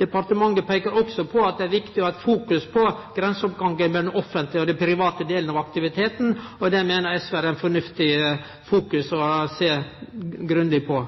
Departementet peikar også på at det er viktig å ha fokus på grenseoppgangen mellom den offentlege og den private delen av aktiviteten, og det meiner SV det er fornuftig å sjå grundig på.